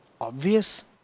Obvious